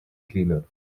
cleaner